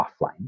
offline